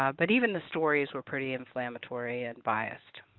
ah but even the stories were pretty inflammatory and biased.